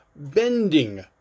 bending